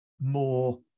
more